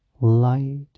light